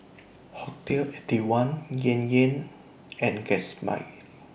Hotel Eighty One Yan Yan and Gatsby